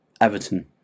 Everton